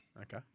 Okay